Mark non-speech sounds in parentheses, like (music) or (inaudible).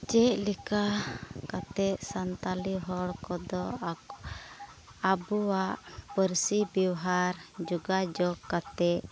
ᱪᱮᱫ ᱞᱮᱠᱟ ᱠᱟᱛᱮᱫ ᱥᱟᱱᱛᱟᱞᱤ ᱦᱚᱲ ᱠᱚᱫᱚ (unintelligible) ᱟᱵᱚᱣᱟᱜ ᱯᱟᱹᱨᱥᱤ ᱵᱮᱵᱚᱦᱟᱨ ᱡᱳᱜᱟᱡᱳᱜᱽ ᱠᱟᱛᱮᱫ